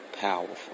Powerful